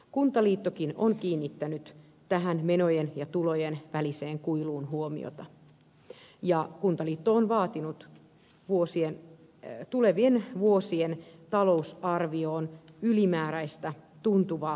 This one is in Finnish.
kuntaliittokin on kiinnittänyt tähän menojen ja tulojen väliseen kuiluun huomiota ja vaatinut tulevien vuosien talousarvioon ylimääräistä tuntuvaa tasokorotusta